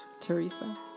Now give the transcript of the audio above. Teresa